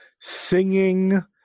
singing